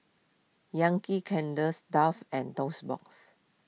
Yankee Candles Dove and Toast Box